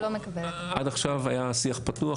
עד עכשיו היה שיח פתוח.